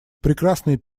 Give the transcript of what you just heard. прекрасные